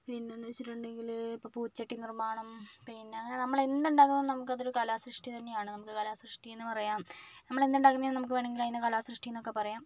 പിന്നെ എന്ന് വെച്ചിട്ടുണ്ടെങ്കിൽ ഇപ്പോൾ പൂച്ചട്ടി നിർമ്മാണം പിന്നെ അങ്ങനെ നമ്മൾ എന്ത് ഉണ്ടാകണമെങ്കിൽ ഒരു കലാ സൃഷ്ടി തന്നെയാണ് നമുക്ക് കലാ സൃഷ്ടി എന്ന് പറയാം നമ്മൾ എന്തു ഉണ്ടാക്കിയാലും അതിനെ നമുക്ക് കലാ സൃഷ്ടി എന്നൊക്കെ പറയാം